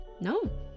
No